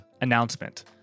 Announcement